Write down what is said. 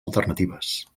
alternatives